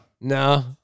No